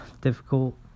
difficult